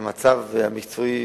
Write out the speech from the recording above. המצב המקצועי,